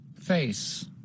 Face